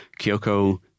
Kyoko